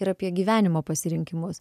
ir apie gyvenimo pasirinkimus